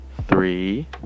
three